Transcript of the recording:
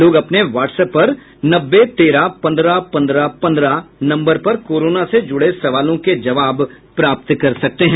लोग अपने व्हाट्सएप पर नब्बे तेरह पन्द्रह पन्द्रह पन्द्रह नम्बर पर कोरोना से जूड़े सवालों के जवाब प्राप्त कर सकते हैं